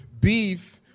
beef